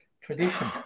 tradition